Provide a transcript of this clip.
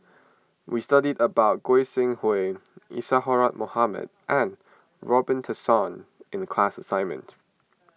we studied about Goi Seng Hui Isadhora Mohamed and Robin Tessensohn in the class assignment